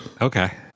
Okay